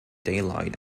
daylight